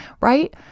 Right